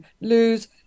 lose